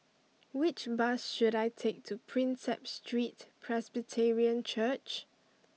which bus should I take to Prinsep Street Presbyterian Church